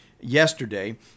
yesterday